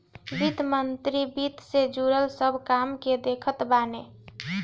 वित्त मंत्री वित्त से जुड़ल सब काम के देखत बाने